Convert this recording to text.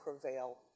prevail